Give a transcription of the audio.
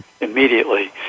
immediately